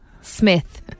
Smith